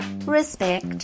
respect